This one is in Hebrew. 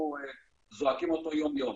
זה נושא לא פתור כבר שנים שאנחנו זועקים אותו יום יום.